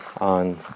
on